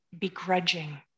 begrudging